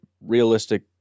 realistic